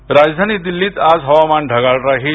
हवामान राजधानी दिल्लीत आज हवामान ढगाळ राहील